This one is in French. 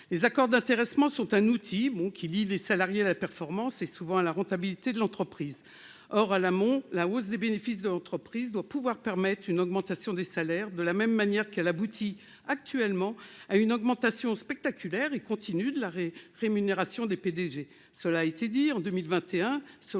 Les accords d'intéressement sont un outil qui lie les salariés à la performance et, souvent, à la rentabilité de l'entreprise. Mais la hausse des bénéfices de l'entreprise doit permettre une augmentation des salaires, de la même manière qu'elle aboutit actuellement à une augmentation spectaculaire et continue de la rémunération des P-DG. En 2021, selon